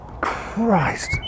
Christ